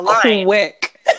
quick